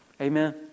Amen